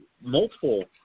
multiple